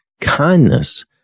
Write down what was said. kindness